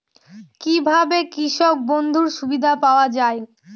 কি ভাবে কৃষক বন্ধুর সুবিধা পাওয়া য়ায়?